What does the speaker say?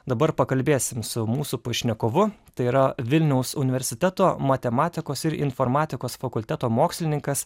dabar pakalbėsim su mūsų pašnekovu tai yra vilniaus universiteto matematikos ir informatikos fakulteto mokslininkas